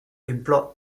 implored